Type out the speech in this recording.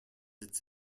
its